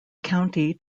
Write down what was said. county